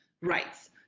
rights